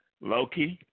Loki